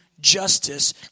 justice